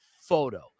photo